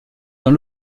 dans